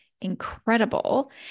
incredible